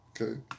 okay